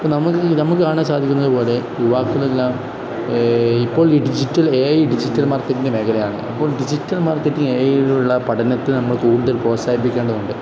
ഇപ്പം നമുക്ക് നമുക്ക് കാണാൻ സാധിക്കുന്നതു പോലെ യുവാക്കളെല്ലാം ഇപ്പോൾ ഡിജിറ്റൽ എ ഐ ഡിജിറ്റൽ മാർക്കറ്റിൻ്റെ മേഖലയാണ് അപ്പോൾ ഡിജിറ്റൽ മാർക്കറ്റിങ് എ ഐയിലുള്ള പഠനത്തെ നമ്മൾ കൂടുതൽ പ്രോൽസാഹിപ്പിക്കേണ്ടതുണ്ട്